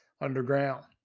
underground